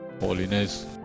holiness